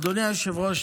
אדוני היושב-ראש,